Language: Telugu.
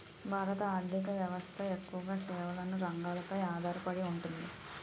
భారత ఆర్ధిక వ్యవస్థ ఎక్కువగా సేవల రంగంపై ఆధార పడి ఉంది